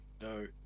no